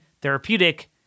therapeutic